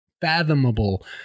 fathomable